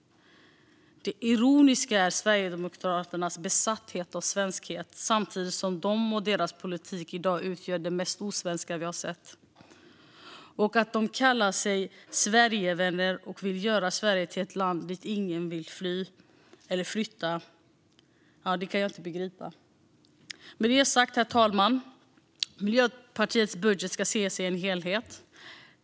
Det ironiska är Sverigedemokraternas besatthet av svenskhet, samtidigt som de och deras politik i dag utgör det mest osvenska vi har sett. Och att de, som kallar sig Sverigevänner, vill göra Sverige till ett land dit ingen vill fly eller flytta kan jag inte begripa. Med det sagt, herr talman, ska Miljöpartiets budget ses i en helhet.